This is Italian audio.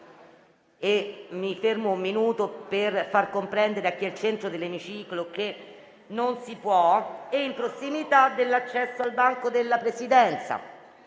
mi fermo un attimo per far comprendere ai colleghi al centro dell'emiciclo che non si può - e in prossimità dell'accesso al banco della Presidenza.